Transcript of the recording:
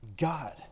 God